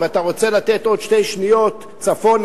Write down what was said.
אם אתה רוצה לתת עוד שתי שניות צפונה,